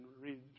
read